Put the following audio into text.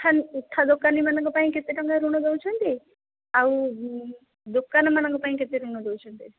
ମିଠା ମିଠା ଦୋକାନିଙ୍କ ପାଇଁ କେତେ ଟଙ୍କା ଋଣ ଦେଉଛନ୍ତି ଆଉ ଦୋକାନମାନଙ୍କ ପାଇଁ କେତେ ଋଣ ଦେଉଛନ୍ତି